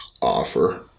offer